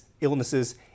illnesses